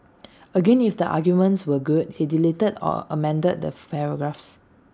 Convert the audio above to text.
again if the arguments were good he deleted or amended the paragraphs